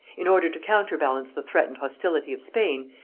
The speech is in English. in order to counterbalance the threatened hostility of spain,